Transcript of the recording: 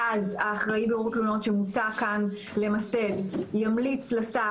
ואז אחראי בירור התלונות שמוצע כאן למסד ימליץ לשר,